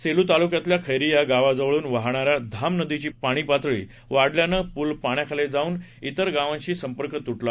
सेलु तालुक्यातल्या खैरी या गावाजवळुन वाहणाऱ्या धाम नदीची पाणी पातळी वाढल्यानं पुल पाण्याखाली जाऊन वेर गावाशी संपर्क तुटला